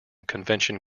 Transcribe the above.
convention